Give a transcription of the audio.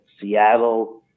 Seattle